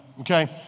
okay